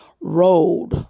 road